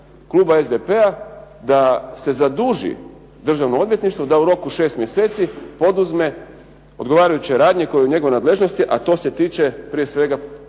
kluba SDP-a da se zaduži Državno odvjetništvo da u roku 6 mjeseci poduzme odgovarajuće radnje koje su u njegovoj nadležnosti, a to se tiče prije svega pokretanja